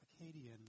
Acadian